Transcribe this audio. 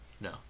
No